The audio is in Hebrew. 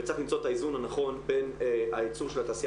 וצריך למצוא את האיזון הנכון בין הייצור של התעשייה